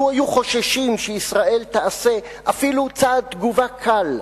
לו חששו שישראל תעשה אפילו צעד תגובה קל,